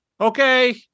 Okay